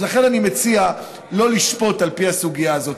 לכן, אני מציע לא לשפוט על פי הסוגיה הזו.